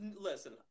listen